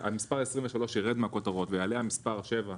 והמספר 23 ירד מהכותרות ויעלה המספר שבע,